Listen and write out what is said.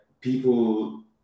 people